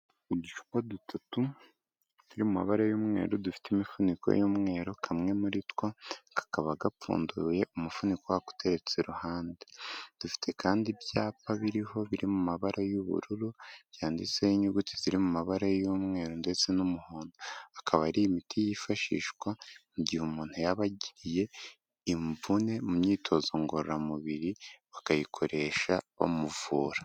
Uducupa dutatu y'umubare y'umweru dufite imifuniko y'umweru kamwe muri two kakaba gapfunduye umufuniko uteretse iruhande dufite kandi ibyapa biriho biri mu mabara y'ubururu byanditseho inyuguti ziri mu mabara y'umweru ndetse n'umuhondo akaba ari imiti yifashishwa igihe umuntu yaba agiriye imvune mu myitozo ngororamubiri bakayikoresha bamuvura.